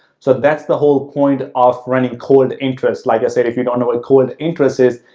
so, that's the whole point of running cold interest. like i said, if you don't know what cold interest is,